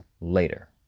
later